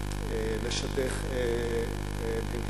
יכולים לשדך במהירות.